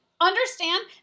understand